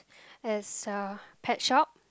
it's a pet shop